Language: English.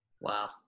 Wow